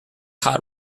hot